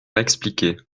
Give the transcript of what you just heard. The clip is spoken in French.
expliquais